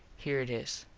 here it is.